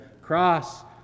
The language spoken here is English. cross